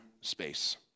space